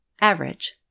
average